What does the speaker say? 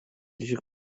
düşük